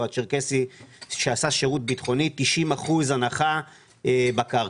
הצ'רקסי שעשה שירות ביטחוני 90 אחוזים הנחה בקרקע.